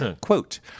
quote